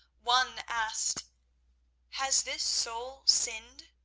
one asked has this soul sinned?